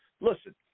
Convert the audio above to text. listen